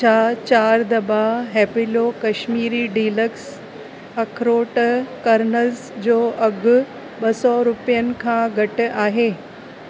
छा चारि दॿा हैप्पिलो कश्मीरी डीलक्स अखरोटु कर्नल्स जो अघु ॿ सौ रुपियनि खां घटि आहे